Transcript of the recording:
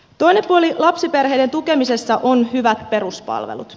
toinen puoli lapsiperheiden tukemisessa on hyvät peruspalvelut